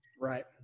Right